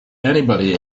anybody